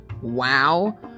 Wow